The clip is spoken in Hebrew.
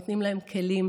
נותנים להם כלים,